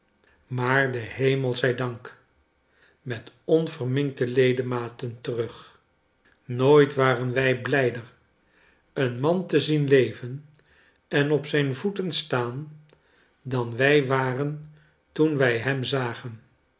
maar den hemel zij dank met onverminkte ledematen terug nooit waren wij blijder een man te zien leven en op zijn voeten staan dan wij waren toen wij hem zagen